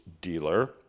dealer